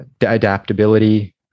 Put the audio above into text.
adaptability